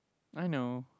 I know